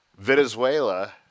Venezuela